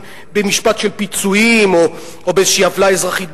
במשפט של פיצויים או באיזושהי עוולה אזרחית,